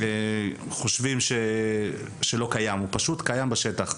הוא קיים בשטח.